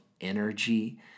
energy